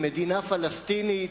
"מדינה פלסטינית".